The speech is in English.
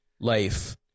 life